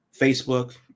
Facebook